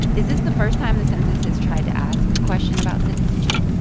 is this the first time the census has tried to ask a question about citizenship?